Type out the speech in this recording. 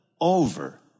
over